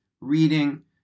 reading